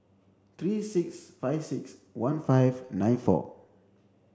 three six five six one five nine four